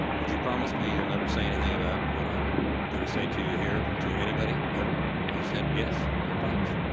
would you promise me you'll never say anything about what i'm going to say to you here to anybody ever? he said, yes, i'll promise.